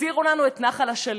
ותחזירו לנו את נחל אשלים.